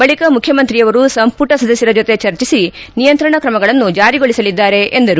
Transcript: ಬಳಕ ಮುಖ್ಯಮಂತ್ರಿಯವರು ಸಂಪುಟ ಸದಸ್ಯರ ಜೊತೆ ಚರ್ಚಿಸಿ ನಿಯಂತ್ರಣ ಕ್ರಮಗಳನ್ನು ಜಾರಿಗೊಳಿಸಲಿದ್ದಾರೆ ಎಂದರು